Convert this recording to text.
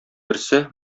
берсе